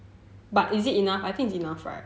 but is it enough I think it's enough right